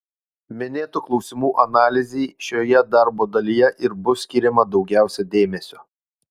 minėtų klausimų analizei šioje darbo dalyje ir bus skiriama daugiausiai dėmesio